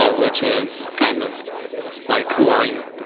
ah which is kind of like who are you?